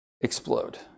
explode